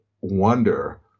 wonder